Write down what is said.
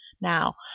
now